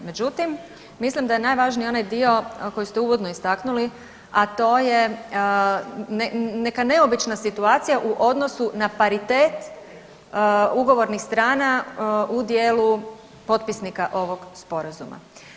Međutim, mislim da je najvažniji onaj dio koji ste istaknuli a to je neka neobična situacija u odnosu na paritet ugovornih strana u dijelu potpisnika ovog Sporazuma.